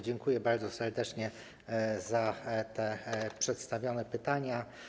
Dziękuję bardzo serdecznie za przedstawione pytania.